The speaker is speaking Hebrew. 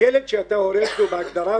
ילד שאתה הורס לו, בהגדרת